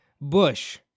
Bush